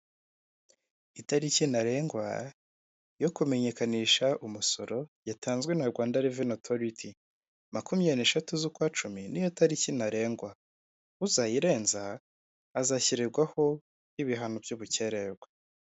Itariki ntarengwa yo kumenyekanisha umusoro yatanzwe na Rwanda reveni otoriti (Rwanda revenu authority) makumyabiri n'eshatu z'ukwa cumi niyo tariki ntarengwa uzayirenza azashyirirwaho ibihano by'ubukererwe.